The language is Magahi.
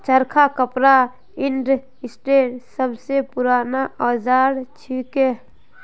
चरखा कपड़ा इंडस्ट्रीर सब स पूराना औजार छिके